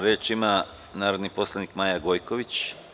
Reč ima narodni poslanik Maja Gojković.